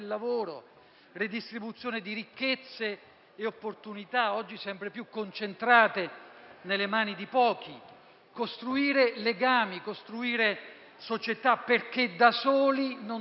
redistribuzione di ricchezze e opportunità, oggi sempre più concentrate nelle mani di pochi. È necessario costruire legami e costruire società, perché da soli non siamo